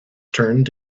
turned